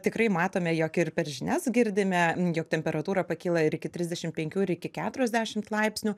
tikrai matome jog ir per žinias girdime jog temperatūra pakyla ir iki trisdešimt penkių ir iki keturiasdešimt laipsnių